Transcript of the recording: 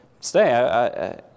Stay